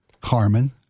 Carmen